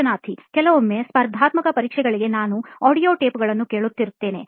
ಸಂದರ್ಶನಾರ್ಥಿ ಕೆಲವೊಮ್ಮೆ ಸ್ಪರ್ಧಾತ್ಮಕ ಪರೀಕ್ಷೆಗಳಲ್ಲಿ ನಾನು ಆಡಿಯೊ ಟೇಪ್ ಗಳನ್ನು ಕೇಳುತ್ತಿರುತ್ತೇನೆ